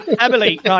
Emily